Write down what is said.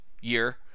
year